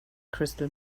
crystal